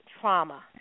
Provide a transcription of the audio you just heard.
trauma